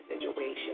situation